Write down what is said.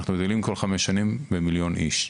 אנחנו גדלים כל חמש שנים במיליון איש.